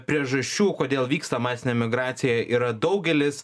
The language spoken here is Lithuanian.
priežasčių kodėl vyksta masinė emigracija yra daugelis